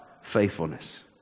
faithfulness